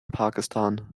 pakistan